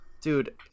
Dude